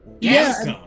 Yes